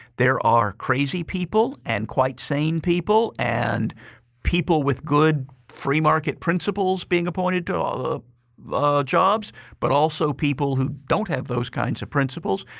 there are crazy people and quite sane people and people with good free market principles being appointed to ah jobs but also people who don't have those kinds of principles.